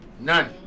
None